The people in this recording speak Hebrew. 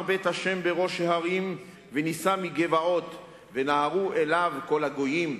בית ה' בראש ההרים ונשא מגבעות ונהרו אליו כל הגוים.